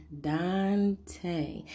dante